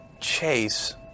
chase